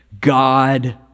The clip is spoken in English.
God